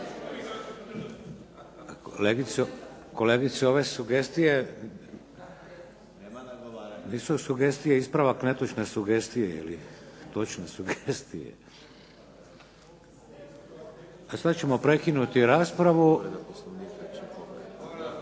Kolegice, ove sugestije nisu sugestije ispravak netočne sugestije ili točne sugestije. Sad ćemo prekinuti raspravu.